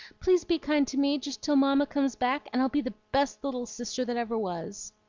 please be kind to me just till mamma comes back, and i'll be the best little sister that ever was.